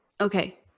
okay